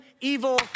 evil